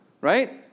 right